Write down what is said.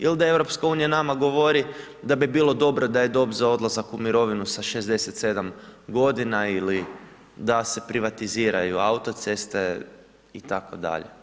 Ili da EU nama govori da bi bilo dobro da je dob za odlazak u mirovinu sa 67 g. ili da se privatiziraju autoceste itd.